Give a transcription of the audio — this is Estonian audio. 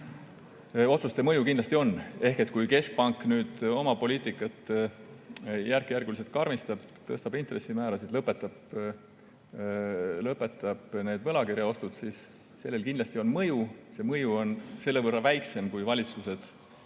otsuste mõju on. Kui keskpank oma poliitikat järk-järgult karmistab, tõstab intressimäärasid, lõpetab need võlakirjaostud, siis sellel kindlasti on mõju. See mõju on selle võrra väiksem, kui valitsused